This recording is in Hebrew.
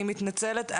אני מתנצלת,